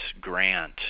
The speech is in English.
grant